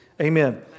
Amen